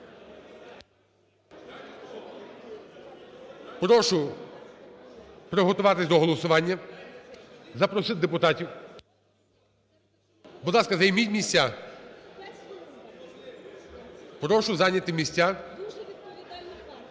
Прошу приготуватися до голосування, запросити депутатів. Будь ласка, займіть місця. Прошу зайняти місця. Отже, колеги,